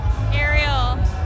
Ariel